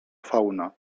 fauna